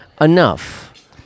enough